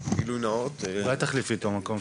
להם הלב, כי הם בורחים, ממה הם